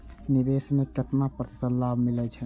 निवेश में केतना प्रतिशत लाभ मिले छै?